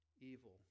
evil